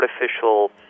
artificial